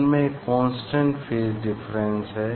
उनमे constant phase difference है